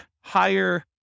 higher